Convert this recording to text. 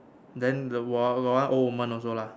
then the got one old woman also lah